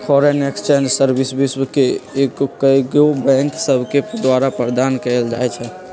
foreign exchange service विश्व के कएगो बैंक सभके द्वारा प्रदान कएल जाइ छइ